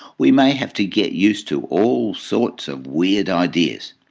we may have to get used to all sorts of weird ideas.